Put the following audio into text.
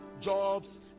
jobs